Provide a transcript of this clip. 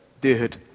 dude